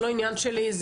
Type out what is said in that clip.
זה לא עניין שלי,